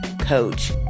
Coach